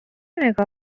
نگاه